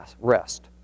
rest